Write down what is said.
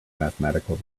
mathematical